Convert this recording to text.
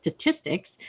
statistics